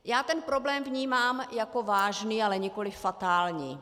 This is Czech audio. Já ten problém vnímám jako vážný, ale nikoliv fatální.